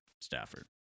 Stafford